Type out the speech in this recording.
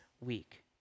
week